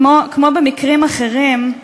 כמו במקרים אחרים,